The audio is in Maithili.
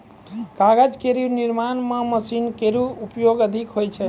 कागज केरो निर्माण म मशीनो केरो प्रयोग अधिक होय छै